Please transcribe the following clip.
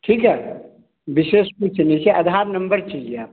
ठीक है विशेष कुछ नहीं चाहिये आधार नम्बर चाहिये आपका